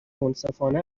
منصفانه